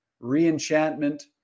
re-enchantment